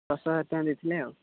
ଦଶ ହଜାର ଟଙ୍କା ଦେଇଥିଲେ ଆଉ